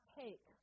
take